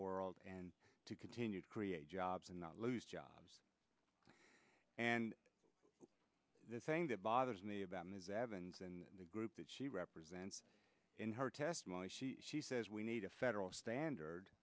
world and to continue to create jobs and not lose jobs and the thing that bothers me about ms evans and the group that she represents in her testimony she says we need a federal standard